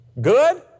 Good